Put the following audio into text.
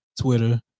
Twitter